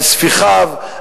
על ספיחיו,